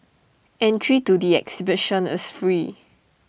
entry to the exhibition is free